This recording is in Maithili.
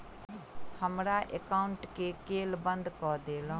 हमरा एकाउंट केँ केल बंद कऽ देलु?